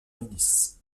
milice